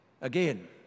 again